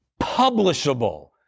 publishable